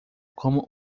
como